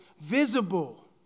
visible